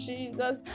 Jesus